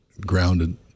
grounded